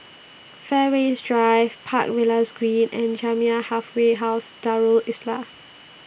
Fairways Drive Park Villas Green and Jamiyah Halfway House Darul Islah